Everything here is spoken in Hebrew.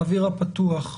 באוויר הפתוח,